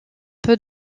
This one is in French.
peu